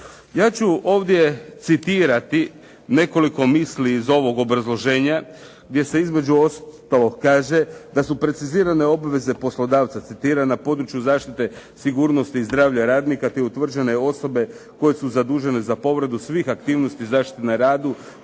Ja ću ovdje citirati nekoliko misli iz ovog obrazloženja gdje se između ostalog kaže da su precizirane obveze poslodavca citiram na području zaštite sigurnosti i zdravlja radnika te utvrđene osobe koje su zadužene za povredu svih aktivnosti zaštite na radu